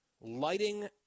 lighting